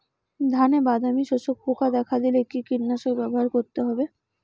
ধানে বাদামি শোষক পোকা দেখা দিলে কি কীটনাশক ব্যবহার করতে হবে?